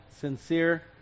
sincere